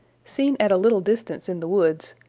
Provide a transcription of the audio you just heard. seen at a little distance in the woods,